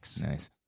Nice